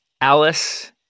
Alice